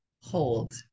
hold